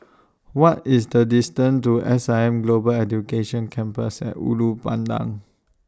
What IS The distance to S I M Global Education Campus At Ulu Pandan